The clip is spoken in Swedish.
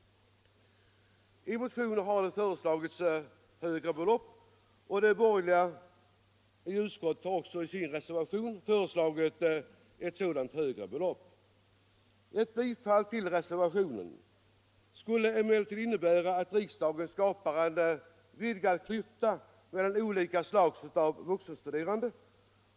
I motioner har det föreslagits högre belopp, och de borgerliga i utskottet har också i sin reservation föreslagit ett sådant högre belopp. Ett bifall till reservationen skulle innebära att riksdagen skapar en vidgad klyfta mellan olika slag av vuxenstuderande.